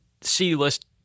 C-list